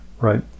Right